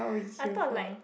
I thought like